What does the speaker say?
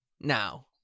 now